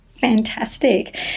Fantastic